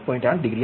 8 degree આવશે